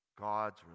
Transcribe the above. God's